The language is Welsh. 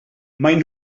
maen